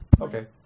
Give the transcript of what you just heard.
Okay